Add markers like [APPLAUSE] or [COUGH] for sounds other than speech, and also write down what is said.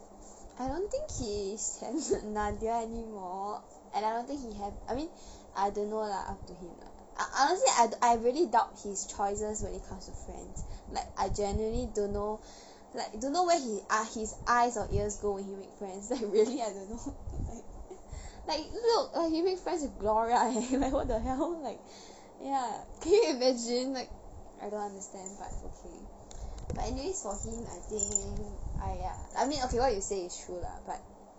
I don't think he has [LAUGHS] nadiah anymore and I don't think he have I mean I don't know lah up to him lah uh honestly I I really doubt his choices when it comes to friends like I genuine don't know like don't know where he are his eyes or ears go when he make friends [LAUGHS] really I don't know like like look he made friends with gloria leh like what the hell like ya can you imagine like I don't understand but okay but anyways for him I think !aiya! I mean okay what you say is true lah but